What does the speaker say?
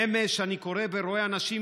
מאמש אני קורא ורואה אנשים,